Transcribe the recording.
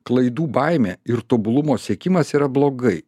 klaidų baimė ir tobulumo siekimas yra blogai